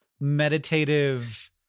meditative